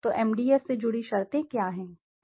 तो एमडीएस से जुड़ी शर्तें क्या हैं